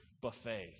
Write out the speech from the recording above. buffet